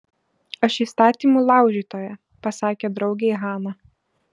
aš įstatymų laužytoja pasakė draugei hana